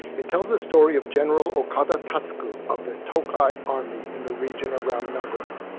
it tells the story of general okada tasuku of the tokai army in the region around nagoya.